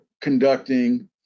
conducting